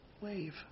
wave